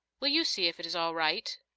will you see if it is all right?